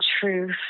truth